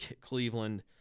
Cleveland